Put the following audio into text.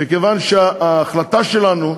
מכיוון שההחלטה שלנו,